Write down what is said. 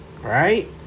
Right